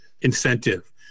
incentive